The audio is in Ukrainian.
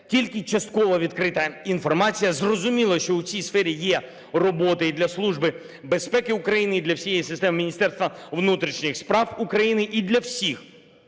тільки частково відкрита інформація. Зрозуміло, що у цій сфері є роботи і для Служби безпеки України і для всієї системи Міністерства внутрішніх справ України і для всіх